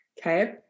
Okay